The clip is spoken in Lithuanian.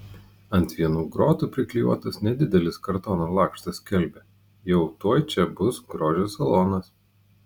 ant vienų grotų priklijuotas nedidelis kartono lakštas skelbia jau tuoj čia bus grožio salonas